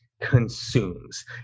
consumes